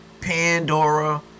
Pandora